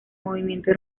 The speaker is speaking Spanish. movimiento